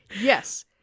yes